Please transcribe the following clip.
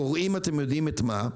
קורעים אתם יודעים את מה,